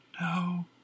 no